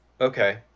Okay